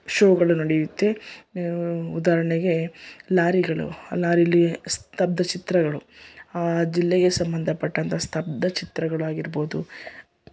ಶೋಗಳು ನಡೆಯುತ್ತೆ ಉದಾಹರಣೆಗೆ ಲಾರಿಗಳು ಆ ಲಾರಿಲಿ ಸ್ಥಬ್ಧ ಚಿತ್ರಗಳು ಆ ಜಿಲ್ಲೆಗೆ ಸಂಬಂಧಪಟ್ಟಂಥ ಸ್ಥಬ್ಧ ಚಿತ್ರಗಳು ಆಗಿರ್ಬೋದು